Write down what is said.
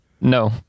No